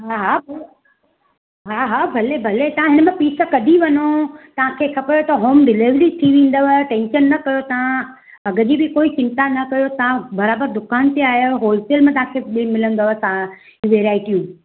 हा हा हा हा भले भले तव्हां हिन मां पीस कढी वञो तव्हां खे ख़बर त होम डेलिवरी थी वेंदव टेंशन न कयो तव्हां अघु जी बि कोई चिंता न कयो तव्हां बराबरि दुकान ते आया आहियो होलसेल में तव्हांखे बि मिलंदव तव्हां वैराईटियूं